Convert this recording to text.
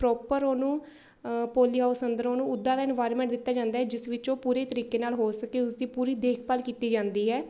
proper ਉਹਨੂੰ poly house ਅੰਦਰੋਂ ਉਹਨੂੰ ਉੱਦਾਂ ਦਾ ਇਨਵਾਇਰਮੈਂਟ ਦਿੱਤਾ ਜਾਂਦਾ ਹੈ ਜਿਸ ਵਿੱਚੋਂ ਪੂਰੇ ਤਰੀਕੇ ਨਾਲ ਹੋ ਸਕੇ ਉਸਦੀ ਪੂਰੀ ਦੇਖਭਾਲ ਕੀਤੀ ਜਾਂਦੀ ਹੈ